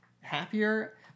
happier